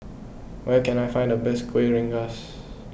where can I find the best Kuih Rengas